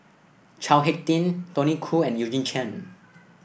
Chao HicK Tin Tony Khoo and Eugene Chen